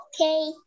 Okay